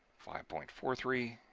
five point four three.